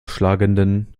schlagenden